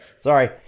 Sorry